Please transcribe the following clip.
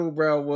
bro